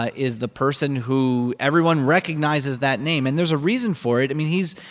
ah is the person who everyone recognizes that name. and there's a reason for it. i mean, he's,